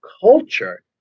culture